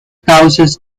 cauces